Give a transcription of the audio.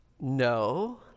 no